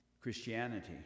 Christianity